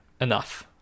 enough